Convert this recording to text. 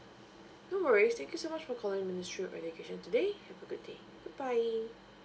no worries thank you so much for calling ministry of education today have a good day goodbye